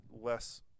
less